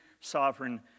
sovereign